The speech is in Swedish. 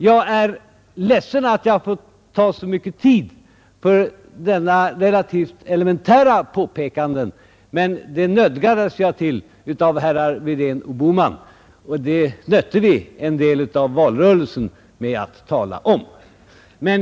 Jag är ledsen att jag har måst ta så lång tid i anspråk för dessa relativt elementära påpekanden, men det nödgades jag till av herrar Wedén och Bohman. Vi använde en del av valrörelsen till att tala om dessa saker.